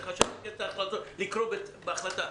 לזה אנחנו צריכים לקרוא בהחלטת הוועדה.